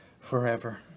forever